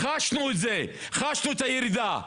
חשנו את זה, חשנו את הירידה.